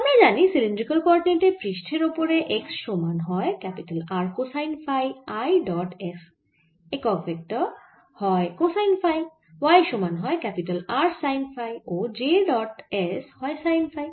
আমরা জানি সিলিন্ড্রিকাল কোঅরডিনেটে পৃষ্ঠের ওপরে x সমান হয় R cosine phi i dot s একক ভেক্টর হয় কোসাইন ফাই y সমান হয় R সাইন ফাই ও j ডট s হয় সাইন ফাই